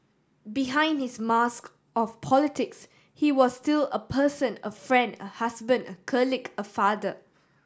behind his mask of politics he was still a person a friend a husband a colleague a father